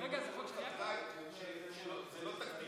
אני אומר לכל חבריי שזה לא תקדים.